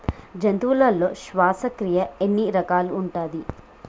జంతువులలో శ్వాసక్రియ ఎన్ని రకాలు ఉంటది?